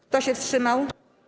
Kto się wstrzymał?